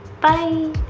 bye